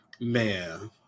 Man